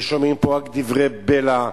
ששומעים פה רק דברי בלע,